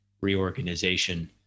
reorganization